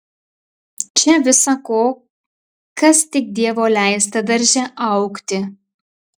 čia visa ko kas tik dievo leista darže augti